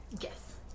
Yes